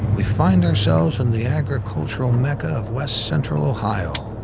we find ourselves in the agricultural mecca of west central ohio,